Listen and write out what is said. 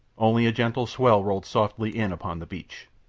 only a gentle swell rolled softly in upon the beach.